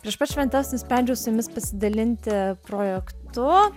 prieš pat šventes nusprendžiau su jumis pasidalinti projektu